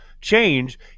change